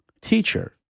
Teacher